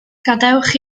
gadewch